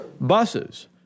Buses